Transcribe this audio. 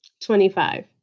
Twenty-five